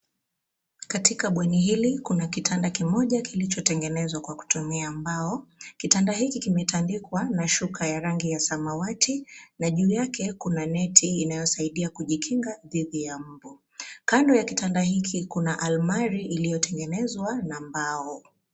Katika bweni hili kuna kitanda kimoja kilichotengenezwa kwa kutumia mbao. Kitanda hiki kimetandikwa na shuka ya rangi ya samawati na juu yake kuna neti inayosaidia kujikinga dhidi ya mbu. Kando ya kitanda hiki kuna almari iliyotengenezwa na mbao.